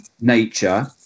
nature